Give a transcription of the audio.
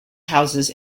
houses